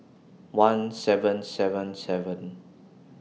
one seven seven seven